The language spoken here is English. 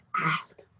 ask